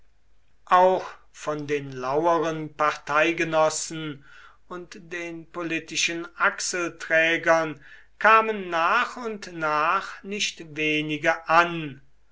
auch von den laueren parteigenossen und den politischen achselträgern kamen nach und nach nicht wenige an